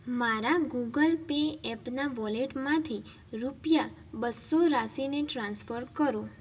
મારા Google Pay એપના વોલેટમાંથી રૂપિયા બસ્સો રાશીને ટ્રાન્સફર કરો